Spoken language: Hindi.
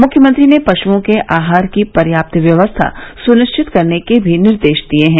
मुख्यमंत्री ने पशुओं के आहार की पर्याप्त व्यवस्था सुनिश्चित करने के भी निर्देश दिये हैं